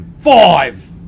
five